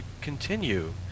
continue